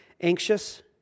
anxious